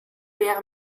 wäre